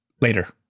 Later